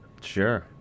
Sure